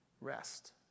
rest